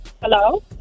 hello